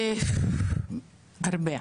הרבה.